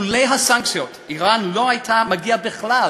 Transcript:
לולא הסנקציות, איראן לא הייתה מגיעה בכלל